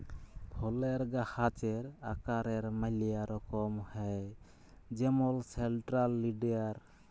ফলের গাহাচের আকারের ম্যালা রকম হ্যয় যেমল সেলট্রাল লিডার